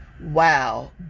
Wow